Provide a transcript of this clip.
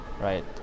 right